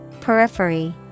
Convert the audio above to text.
Periphery